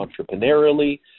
Entrepreneurially